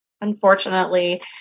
unfortunately